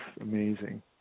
amazing